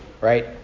right